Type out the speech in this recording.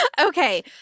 okay